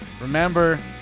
Remember